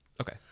Okay